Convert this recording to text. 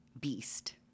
beast